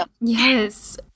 Yes